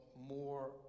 more